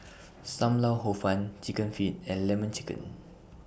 SAM Lau Hor Fun Chicken Feet and Lemon Chicken